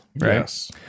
Yes